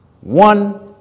One